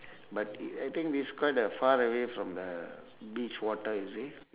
but it I think it's quite uh far away from the beach water you see